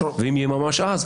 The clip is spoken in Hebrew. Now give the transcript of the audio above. ואם יהיה ממש אז,